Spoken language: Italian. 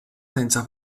senza